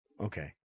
Okay